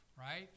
right